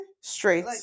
straight